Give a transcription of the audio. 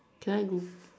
can I google